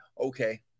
Okay